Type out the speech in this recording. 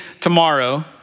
tomorrow